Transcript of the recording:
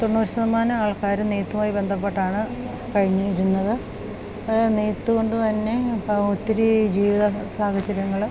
തൊണ്ണൂറ്ശതമാനം ആൾക്കാരും നെയ്ത്തുമായി ബന്ധപ്പെട്ടാണ് കഴിഞ്ഞിരുന്നത് നെയ്ത്തു കൊണ്ട് തന്നെ ഇപ്പം ഒത്തിരി ജീവിത സാഹചര്യങ്ങള്